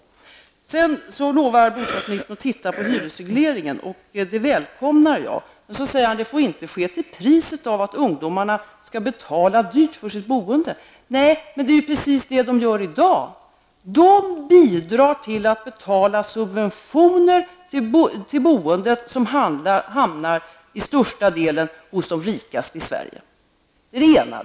Bostadsministern lovar att titta på hyresregleringen. Det välkomnar jag. Men så säger han att det inte får ske till priset av att ungdomarna skall betala dyrt för sitt boende. Nej, men det är precis det de gör i dag. De bidrar med att betala subventioner till boendet, vilka till största delen hamnar hos de rikaste i Sverige. Det är det ena.